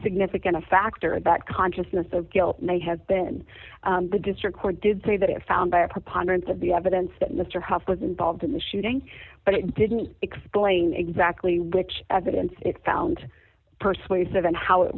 significant a factor that consciousness of guilt may have been the district court did say that i found by a preponderance of the evidence that mr haas was involved in the shooting but it didn't explain exactly which evidence it found persuasive and how it